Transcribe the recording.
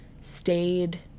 stayed